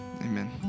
Amen